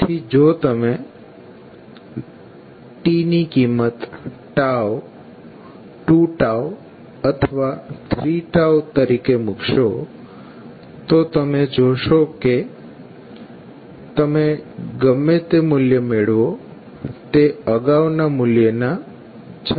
તેથી જો તમે t ની કિંમત 2 અથવા 3 તરીકે મૂકશો તો તમે જોશો કે તમેં ગમે તે મૂલ્ય મેળવો તે અગાઉના મૂલ્યના 36